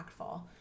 impactful